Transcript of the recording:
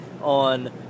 on